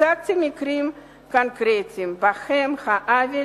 והצגתי מקרים קונקרטיים שבהם העוול